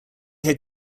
had